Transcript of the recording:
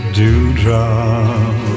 dewdrop